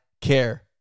care